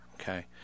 okay